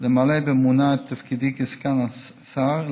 למלא באמונה את תפקידי כסגן השר,